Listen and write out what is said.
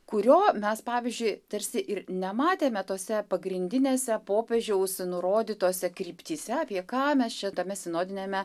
kurio mes pavyzdžiui tarsi ir nematėme tose pagrindinėse popiežiaus nurodytose kryptyse apie ką mes čia tame sinodiniame